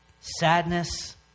sadness